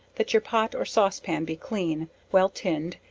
that your pot or sauce pan be clean, well tinned,